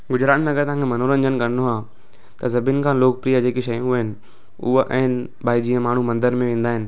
गुजरात में अगरि तव्हांखे मनोरंजन करिणो आहे त सभिनि खां लोकप्रिय जेकी शयूं आहिनि उहे आहिनि भई जीअं माण्हू मंदर में वेंदा आहिनि